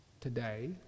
today